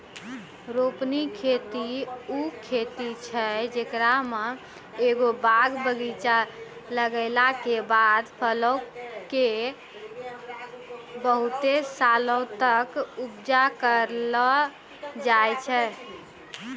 रोपनी खेती उ खेती छै जेकरा मे एगो बाग बगीचा लगैला के बाद फलो के बहुते सालो तक उपजा करलो जाय छै